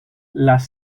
las